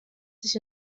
sich